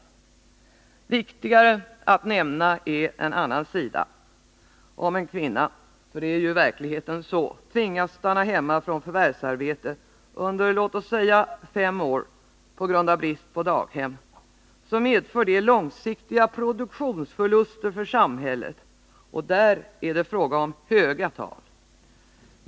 Viktigare att nämna är en annan sida. Om en kvinna — för det är ju i verkligheten så — tvingas stanna hemma från förvärvsarbete under t.ex. fem år på grund av brist på daghem medför det långsiktiga produktionsförluster för samhället, och där är det fråga om höga tal.